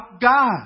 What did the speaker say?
God